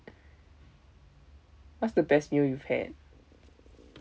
what's the best meal you've had